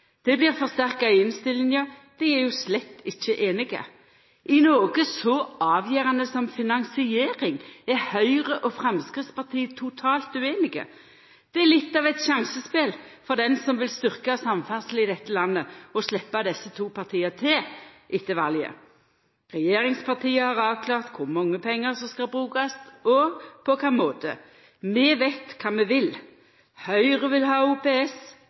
Det blir forsterka i innstillinga – dei er jo slett ikkje einige. I noko så avgjerande som finansiering er Høgre og Framstegspartiet totalt ueinige. Det er litt av eit sjansespel for den som vil styrkja samferdsle i dette landet, å sleppa desse to partia til etter valet! Regjeringspartia har avklart kor mange pengar som skal brukast og på kva måte. Vi veit kva vi vil. Høgre vil ha OPS